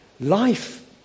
Life